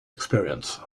experience